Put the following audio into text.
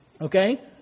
Okay